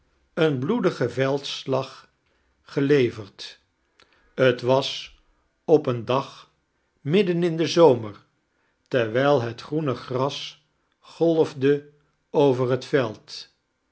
eeii bloedige veldslag geleverd t was op een dag midden in den zomer terwijl het groene gras golfde over het veld